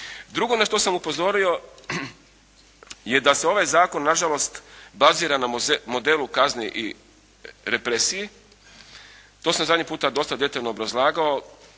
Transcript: Drugo na što sam upozorio je da se ovaj zakon nažalost bazira na modelu kazne i represiji. To sam zadnji puta dosta detaljno obrazlagao,